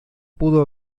pudo